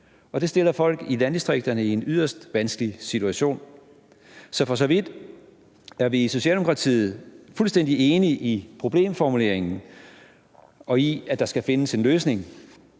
Det stiller folk i landdistrikterne i en yderst vanskelig situation. Så vi er i Socialdemokratiet for så vidt fuldstændig enige i problemformuleringen og i, at der skal findes en løsning,